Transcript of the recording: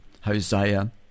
Hosea